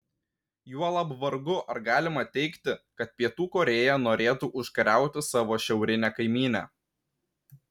juolab vargu ar galima teigti kad pietų korėja norėtų užkariauti savo šiaurinę kaimynę